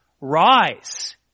Rise